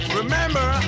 remember